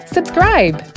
Subscribe